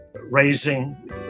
raising